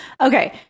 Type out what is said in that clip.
Okay